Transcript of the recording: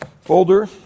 folder